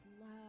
love